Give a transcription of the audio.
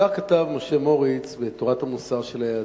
כך כתב משה מוריץ לצרוס ב"תורת המוסר היהודית".